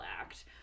act